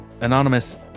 anonymous